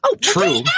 true